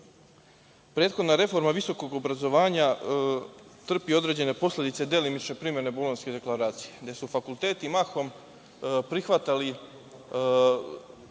tako. Prethodna reforma visokog obrazovanja trpi određene posledice delimične primene Bolonjske deklaracije, gde su fakulteti mahom prihvatali